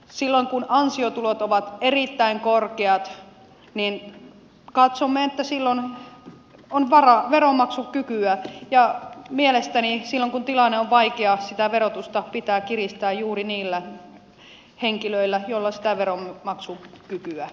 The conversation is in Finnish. silloin kun ansiotulot ovat erittäin korkeat katsomme että on veronmaksukykyä ja mielestäni silloin kun tilanne on vaikea sitä verotusta pitää kiristää juuri niiltä henkilöiltä joilla sitä veronmaksukykyä on